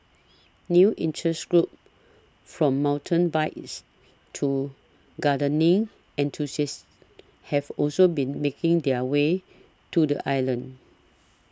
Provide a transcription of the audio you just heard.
new interest groups from mountain bikers to gardening enthusiasts have also been making their way to the island